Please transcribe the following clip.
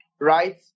right